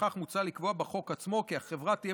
לפיכך מוצע לקבוע בחוק עצמו כי החברה תהיה